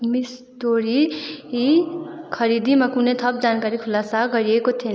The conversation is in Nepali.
मेडस्टोरी यी खरिदमा कुनै थप जानकारी खुलासा गरिएको थिएन